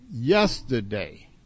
yesterday